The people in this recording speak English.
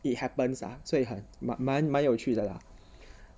it happens ah 所以蛮蛮有趣的 lah